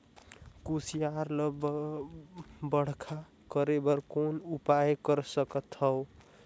कुसियार ल बड़खा करे बर कौन उपाय कर सकथव?